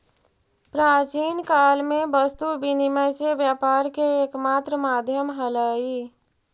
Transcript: प्राचीन काल में वस्तु विनिमय से व्यापार के एकमात्र माध्यम हलइ